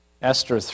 Esther